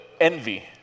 envy